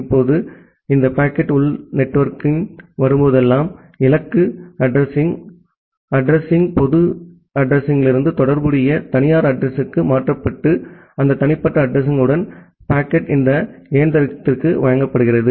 இப்போது இந்த பாக்கெட் உள் நெட்வொர்க்கிற்கு வரும்போதெல்லாம் இலக்கு அட்ரஸிங் பொது அட்ரஸிங்யிலிருந்து தொடர்புடைய தனியார் அட்ரஸிங்க்கு மாற்றப்பட்டு அந்த தனிப்பட்ட அட்ரஸிங்யுடன் பாக்கெட் இந்த இயந்திரத்திற்கு வழங்கப்படுகிறது